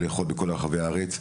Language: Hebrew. לאכול בכל רחביי הארץ,